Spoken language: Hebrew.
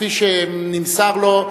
כפי שנמסר לו,